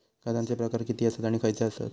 खतांचे प्रकार किती आसत आणि खैचे आसत?